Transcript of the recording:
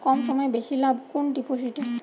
কম সময়ে বেশি লাভ কোন ডিপোজিটে?